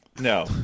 No